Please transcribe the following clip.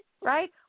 right